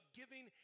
giving